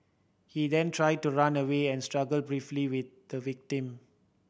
he then tried to run away and struggled briefly with the victim